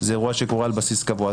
זה אירוע שקורה על בסיס קבוע.